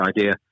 idea